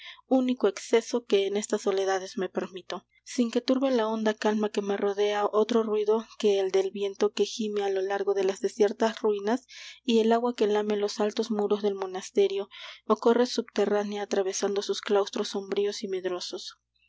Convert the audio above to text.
único exceso que en estas soledades me permito sin que turbe la honda calma que me rodea otro ruido que el del viento que gime á lo largo de las desiertas ruinas y el agua que lame los altos muros del monasterio ó corre subterránea atravesando sus claustros sombríos y medrosos